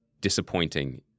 disappointing